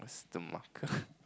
it's the marker